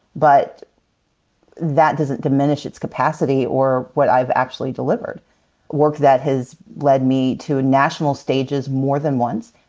but that doesn't diminish its capacity or what i've actually delivered work that has led me to national stages more than once.